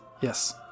Yes